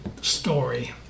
story